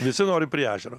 visi nori prie ežero